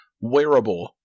wearable